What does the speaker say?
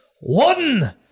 One